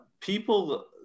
people